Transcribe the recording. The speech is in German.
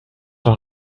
doch